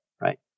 right